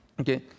Okay